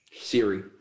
Siri